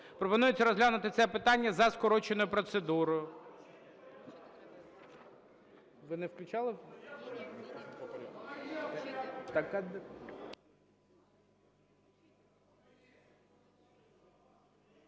Пропонується розглянути це питання за скороченою процедурою.